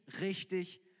richtig